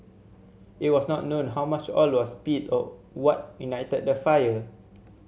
it was not known how much oil was spilled or what ignited the fire